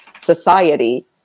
society